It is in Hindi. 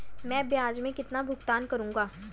मैं ब्याज में कितना भुगतान करूंगा?